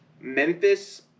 Memphis